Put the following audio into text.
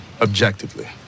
objectively